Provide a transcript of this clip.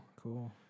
cool